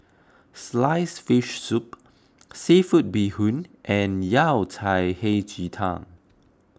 Sliced Fish Soup Seafood Bee Hoon and Yao Cai Hei Ji Tang